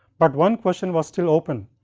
but one question was still open.